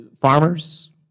farmers